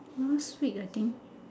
last week I think